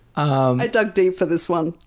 i dug deep for this one.